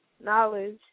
knowledge